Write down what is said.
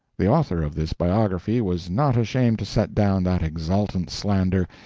the author of this biography was not ashamed to set down that exultant slander.